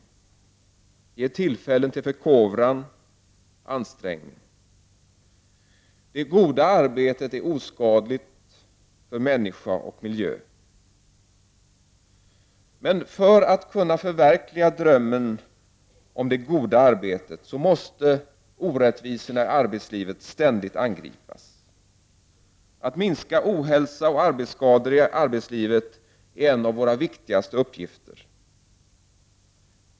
Det ger tillfällen till förkovran och ansträngning. Det goda arbetet är oskadligt för människa och miljö. Men för att vi skall kunna förverkliga drömmen om det goda arbetet måste orättvisorna i arbetslivet ständigt angripas. Att minska ohälsa och arbetsskador i arbetslivet är en av våra viktigaste uppgifter.